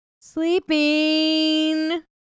sleeping